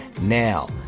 now